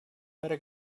better